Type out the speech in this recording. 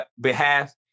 behalf